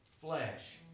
flesh